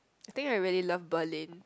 I think I really love Berlin